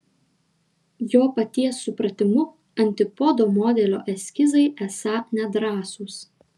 jo paties supratimu antipodo modelio eskizai esą nedrąsūs